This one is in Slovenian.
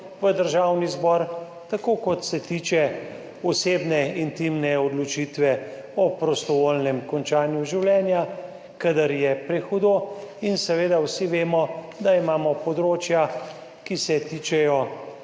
v Državni zbor, tako kot se tiče osebne, intimne odločitve o prostovoljnem končanju življenja, kadar je prehudo in seveda vsi vemo, da imamo področja, ki se tičejo